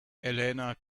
elena